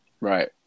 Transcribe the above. Right